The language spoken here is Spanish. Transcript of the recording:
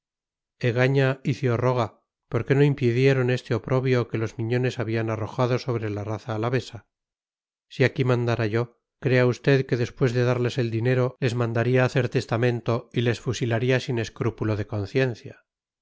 egaña y ciorroga por qué no impidieron este oprobio que los miñones han arrojado sobre la raza alavesa si aquí mandara yo crea usted que después de darles el dinero les mandaría hacer testamento y les fusilaría sin escrúpulo de conciencia